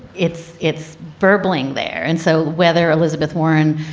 it's it's burbling there. and so whether elizabeth warren,